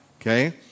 okay